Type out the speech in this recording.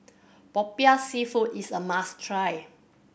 Popiah Seafood is a must try